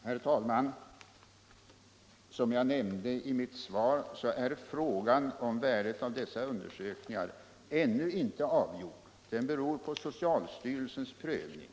Herr taälman! Som jag nämnde i mitt svar är frågan om värdet av dessa undersökningar ännu inte avgjord - den beror på socialstyrelsens prövning.